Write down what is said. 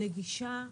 נגישה,